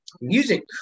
Music